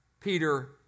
Peter